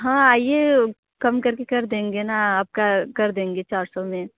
हाँ आइए कम करके कर देंगे ना आपका कर देंगे चार सौ में